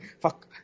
Fuck